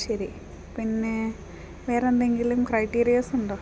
ശരി പിന്നെ വേറെ എന്തെങ്കിലും ക്രൈറ്റീരിയാസ് ഉണ്ടോ